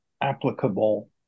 applicable